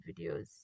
videos